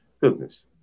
Goodness